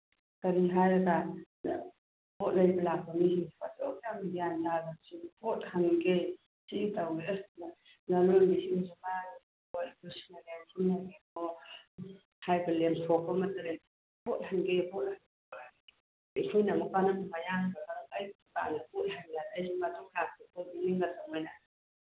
ꯀꯔꯤ ꯍꯥꯏꯔꯒ ꯄꯣꯠ ꯂꯩꯕ ꯂꯥꯛꯄ ꯃꯤꯁꯤꯡꯁꯤꯕꯨ ꯑꯗꯨꯛ ꯌꯥꯝ ꯒ꯭ꯌꯥꯟ ꯇꯥꯗꯕꯁꯤ ꯄꯣꯠ ꯍꯟꯒꯦ ꯁꯤ ꯇꯧꯒꯦ ꯍꯥꯏꯕ ꯂꯦꯝꯊꯣꯛꯄ ꯄꯣꯠ ꯍꯟꯒꯦ ꯄꯣꯠ ꯍꯟꯒꯦ ꯑꯩꯈꯣꯏꯅ ꯑꯃꯨꯛꯀ ꯍꯟꯅ ꯃꯌꯥꯡꯗꯨꯗ ꯑꯩ ꯗꯨꯀꯥꯟꯗ ꯄꯣꯠ ꯍꯜꯂꯦ ꯑꯩ ꯃꯇꯨꯡ ꯂꯥꯛꯄꯗꯗꯤ ꯄꯣꯠ ꯄꯤꯅꯤꯡꯒꯤꯗ꯭ꯔꯥ ꯃꯣꯏꯅ